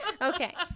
okay